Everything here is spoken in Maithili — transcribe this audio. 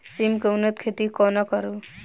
सिम केँ उन्नत खेती कोना करू?